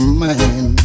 man